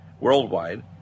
worldwide